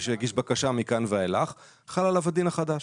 שיגיש בקשה מכאן ואילך חל עליו הדין החדש.